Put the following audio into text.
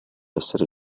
essere